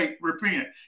Repent